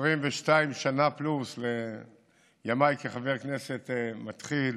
22 שנה פלוס לימיי כחבר כנסת מתחיל